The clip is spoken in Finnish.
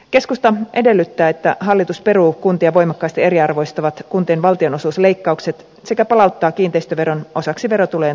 keskusta edellyttää että hallitus peruu kuntia voimakkaasti eriarvoistavat kuntien valtionosuusleikkaukset sekä palauttaa kiinteistöveron osaksi verotulojen tasausjärjestelmää